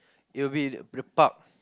it will be the the park